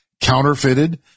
counterfeited